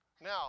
Now